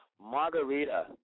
Margarita